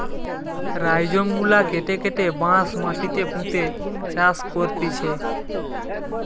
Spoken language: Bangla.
রাইজোম গুলা কেটে কেটে বাঁশ মাটিতে পুঁতে চাষ করতিছে